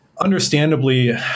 understandably